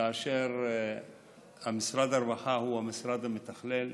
כאשר משרד הרווחה הוא המשרד המתכלל,